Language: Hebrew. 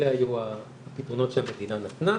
אלה היו הפתרונות שהמדינה נתנה